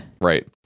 Right